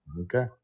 Okay